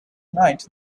night